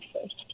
first